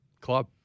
club